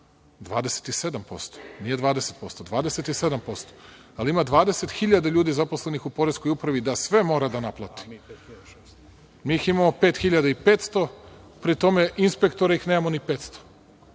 27%, nije 20%, 27%, ali ima 20 hiljada ljudi zaposlenih u poreskoj upravi da sve mora da naplati. Mi ih imamo 5500, pri tome inspektora nemamo ni 500,